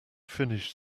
finished